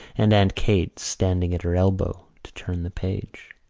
and aunt kate standing at her elbow to turn the page.